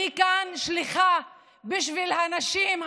אני כאן שליחה בשביל הנשים,